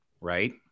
Right